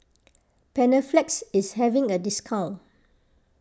Panaflex is having a discount